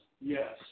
yes